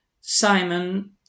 Simon